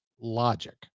logic